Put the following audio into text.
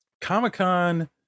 Comic-Con